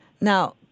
Now